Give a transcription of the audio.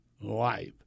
life